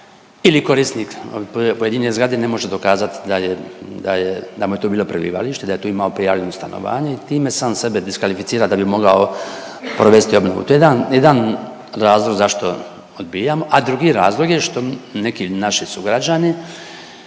ili korisnik pojedine zgrade ne može dokazat da mu je tu bilo prebivalište, da je tu imao prijavljeno stanovanje i time sam sebe diskvalificira da bi mogao provesti obnovu. To je jedan razlog zašto odbijamo. A drugi razlog je što neki naši sugrađani